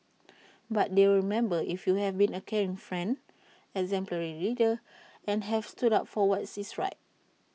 but they'll remember if you have been A caring friend exemplary leader and have stood up for what is right